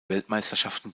weltmeisterschaften